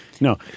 No